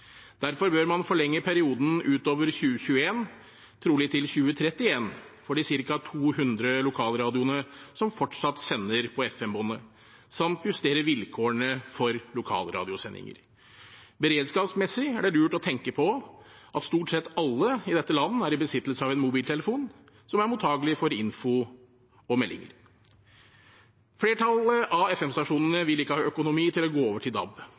Derfor bør man forlenge perioden utover 2021 – trolig til 2031 – for de ca. 200 lokalradioene som fortsatt sender på FM-båndet, samt justere vilkårene for lokalradiosendingene. Beredskapsmessig er det lurt å tenke på at stort sett alle i dette land er i besittelse av en mobiltelefon som er mottagelig for info og meldinger. Flertallet av FM-stasjonene vil ikke ha økonomi til å gå over til DAB,